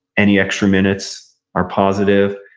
any extra minutes are positive.